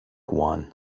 one